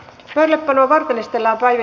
lel padova rymistellä vain